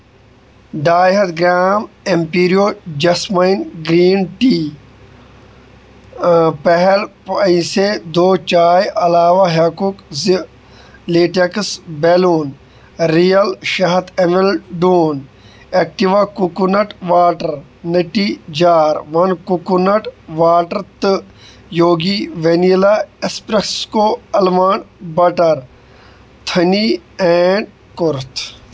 ڈاے ہَتھ گرٛام اٮ۪مپیٖرِیو جیسماین گرٛیٖن ٹی پَہَل پیسے دو چاے علاوٕ ہٮ۪کُک زٕ لیٹٮ۪کس بیلوٗن ، رِیل شےٚ ہَتھ اٮ۪م اٮ۪ل ڈوٗن اٮ۪کٹِو کوکونٹ واٹر نَٹی جار وَن کوکوٗمٹ واٹر تہٕ یوگی وٮ۪نِلا اٮ۪سپرٛرٮ۪سکو آلمنٛڈ بَٹر تھٔنی اینڈ کورُتھ